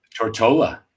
Tortola